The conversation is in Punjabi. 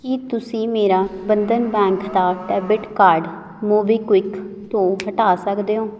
ਕੀ ਤੁਸੀਂਂ ਮੇਰਾ ਬੰਧਨ ਬੈਂਕ ਦਾ ਡੈਬਿਟ ਕਾਰਡ ਮੋਬੀਕਵਿਕ ਤੋਂ ਹਟਾ ਸਕਦੇ ਹੋ